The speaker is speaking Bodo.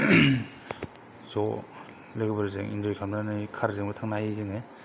ज' जोङो लोगोफोरजों एन्जय खालामनानै कारजोंबो थांनो हायो जोङो